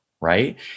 right